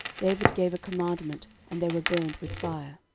david gave a commandment, and they were burned with fire.